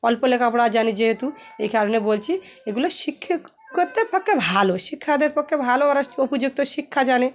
অল্প লেখাপড়া জানি যেহেতু এই কারণে বলছি এগুলো শিক্ষিতদের পক্ষে ভালো শিক্ষিতদের পক্ষে ভালো ওরা উপযুক্ত শিক্ষা জানে